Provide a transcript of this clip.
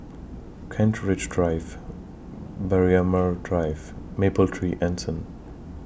Kent Ridge Drive Braemar Drive Mapletree Anson